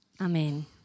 Amen